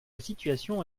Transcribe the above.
situation